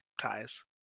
ties